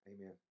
Amen